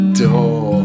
door